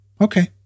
Okay